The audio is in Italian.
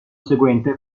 seguente